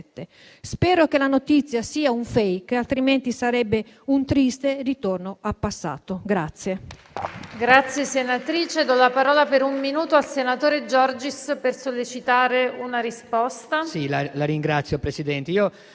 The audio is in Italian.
Spero che la notizia sia un *fake*, altrimenti sarebbe un triste ritorno al passato.